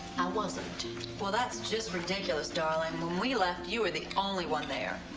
wasn't. well, that's just ridiculous, darling we left, you were the only one there.